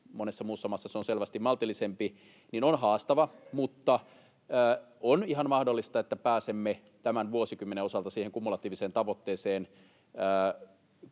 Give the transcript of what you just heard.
kun monessa muussa maassa se on selvästi maltillisempi — on haastava, mutta on ihan mahdollista, että pääsemme tämän vuosikymmenen osalta siihen kumulatiiviseen tavoitteeseen.